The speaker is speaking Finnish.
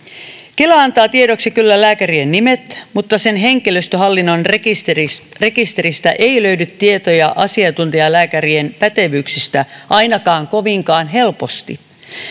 kela antaa tiedoksi kyllä lääkärien nimet mutta sen henkilöstöhallinnon rekisteristä rekisteristä ei löydy tietoja asiantuntijalääkärien pätevyyksistä ainakaan kovinkaan helposti